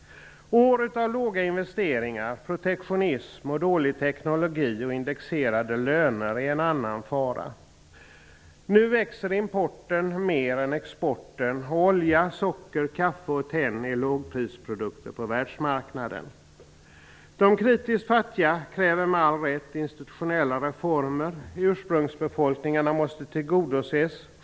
År av låga investeringar, protektionism, dålig teknologi och indexerade löner innebär en annan fara. Nu växer importen mer än exporten. Olja, socker, kaffe och tenn är lågprisprodukter på världsmarknaden. De kritiskt fattiga kräver med all rätt institutionella reformer. Ursprungsbefolkningarna måste tillgodoses.